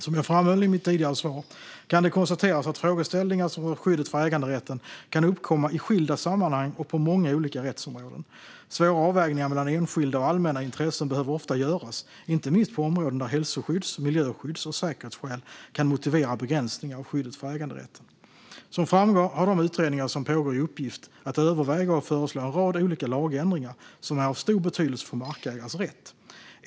Som jag framhöll i mitt tidigare svar kan det konstateras att frågeställningar som rör skyddet för äganderätten kan uppkomma i skilda sammanhang och på många olika rättsområden. Svåra avvägningar mellan enskilda och allmänna intressen behöver ofta göras, inte minst på områden där hälsoskydds, miljöskydds och säkerhetsskäl kan motivera begränsningar av skyddet för äganderätten. Som framgår har de utredningar som pågår i uppgift att överväga och föreslå en rad olika lagändringar som är av stor betydelse för markägares rätt.